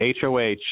HOH